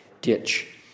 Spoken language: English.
ditch